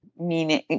meaning